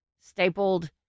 stapled